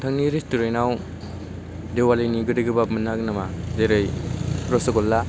नोंथांनि रेस्ट'रेन्टाव दिवालीनि गोदै गोबाब मोन्नो हागोन नामा जेरै रस'गला